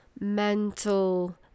mental